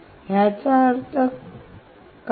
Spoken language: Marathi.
याचा अर्थ काय